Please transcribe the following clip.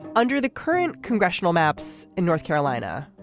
under the current congressional maps in north carolina